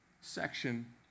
section